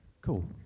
Cool